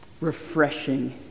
refreshing